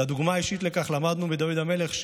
את הדוגמה האישית לכך למדנו מדוד המלך,